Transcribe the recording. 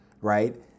right